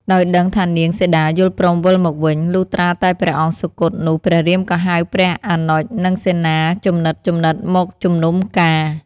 ដោយដឹងថានាងសីតាយល់ព្រមវិលមកវិញ លុះត្រាតែព្រះអង្គសុគតនោះព្រះរាមក៏ហៅព្រះអនុជនិងសេនាជំនិតៗមកជុំនុំការ។